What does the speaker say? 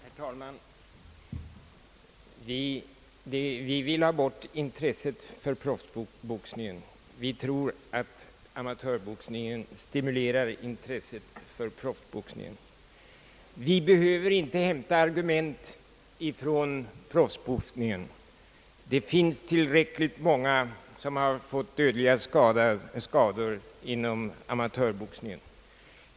Herr talman! Vi vill ha bort intresset för proffsboxningen. Vi tror att amatörboxningen stimulerar intresset för proffsboxningen. Vi behöver inte hämta argument från proffsboxningen. Tillräckligt många har fått dödliga skador inom amatörboxningen.